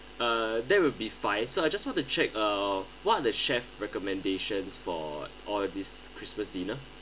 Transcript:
uh that will be five so I just want to check uh what the chef recommendations for all this christmas dinner